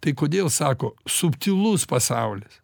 tai kodėl sako subtilus pasaulis